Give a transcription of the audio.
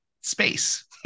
space